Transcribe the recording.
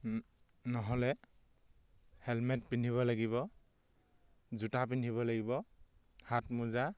নহ'লে হেলমেট পিন্ধিব লাগিব জোতা পিন্ধিব লাগিব হাতমোজা